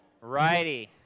righty